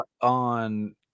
on